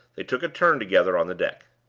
they took a turn together on the deck.